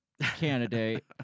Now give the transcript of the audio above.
candidate